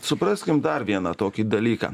supraskim dar vieną tokį dalyką